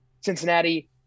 Cincinnati